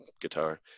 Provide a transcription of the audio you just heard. guitar